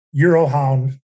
Eurohound